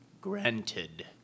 Granted